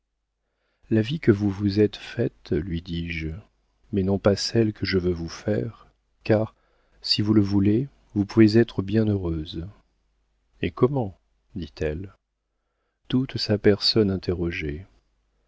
la vie que vous vous êtes faite lui dis-je mais non pas celle que je veux vous faire car si vous le voulez vous pouvez être bien heureuse et comment dit-elle toute sa personne interrogeait